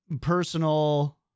personal